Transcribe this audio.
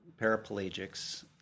paraplegics